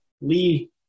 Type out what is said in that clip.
Lee